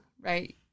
right